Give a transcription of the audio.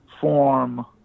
form